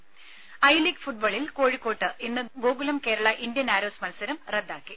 ത ഐലീഗ് ഫുട്ബോളിൽ കോഴിക്കോട്ട് ഇന്ന് ഗോകുലം കേരള ഇന്ത്യൻ ആരോസ് മത്സരം റദ്ദാക്കി